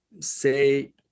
say